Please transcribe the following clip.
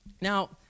Now